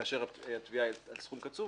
כאשר התביעה היא על סכום קצוב,